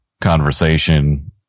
conversation